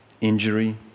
injury